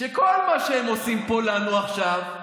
שכל מה שהם עושים פה לנו עכשיו,